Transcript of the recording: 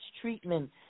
treatment